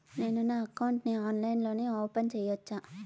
నేను నా అకౌంట్ ని ఆన్లైన్ లో ఓపెన్ సేయొచ్చా?